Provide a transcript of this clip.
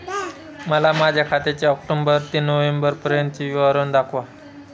मला माझ्या खात्याचे ऑक्टोबर ते नोव्हेंबर पर्यंतचे विवरण दाखवा